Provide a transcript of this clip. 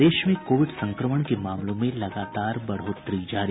प्रदेश में कोविड संक्रमण के मामलों में लगातार बढ़ोतरी जारी